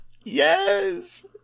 Yes